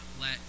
let